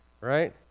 right